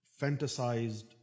fantasized